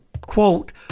quote